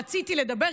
רציתי לדבר,